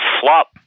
flop